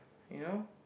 you know